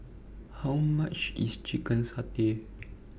How much IS Chicken Satay